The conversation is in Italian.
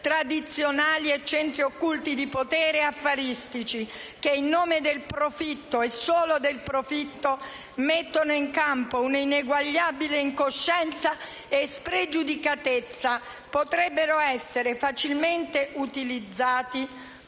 tradizionali e centri occulti di potere o affaristici che, in nome del profitto (e solo del profitto), e mettendo in campo un'ineguagliabile incoscienza e spregiudicatezza, potrebbero essere facilmente autorizzate